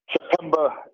September